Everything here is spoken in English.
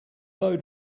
blow